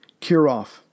Kirov